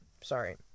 Sorry